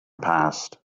past